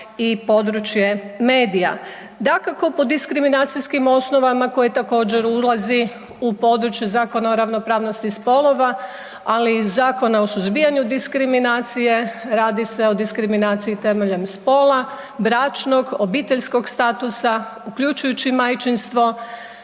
i područje medija. Dakako po diskriminacijskim osnovama koje također, ulazi u područje Zakona o ravnopravnosti spolova ali i Zakona o suzbijanju diskriminacije, radi se o diskriminaciji temeljem spola, bračnog, obiteljskog statusa, uključujući majčinstvo,